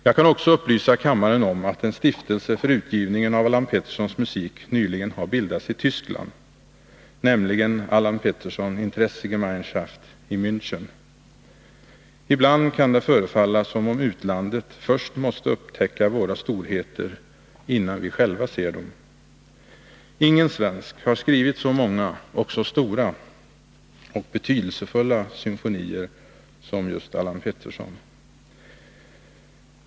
Jag kan också upplysa kammaren om att en stiftelse för utgivningen av Allan Petterssons musik nyligen har bildats i Tyskland nämligen ”Allan Pettersson Interesse-Gemeinschaft” i Mänchen. Ibland kan det förefalla som om utlandet först måste upptäcka våra storheter, innan vi själva ser dem. Ingen svensk har skrivit så många och så stora och betydelsefulla symfonier som just Allan Pettersson.